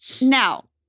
Now